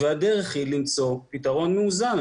הדרך היא למצוא פתרון מאוזן.